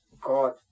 God